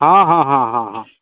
हँ हँ हँ हँ हँ